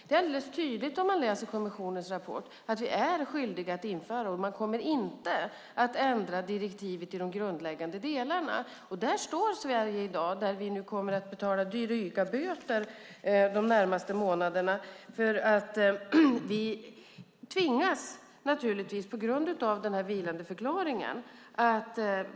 Det är alldeles tydligt i kommissionens rapport att vi är skyldiga att genomföra direktivet, och man kommer inte att ändra det i de grundläggande delarna. Sverige kommer nu att tvingas betala dryga böter de närmaste månaderna på grund av vilandeförklaringen.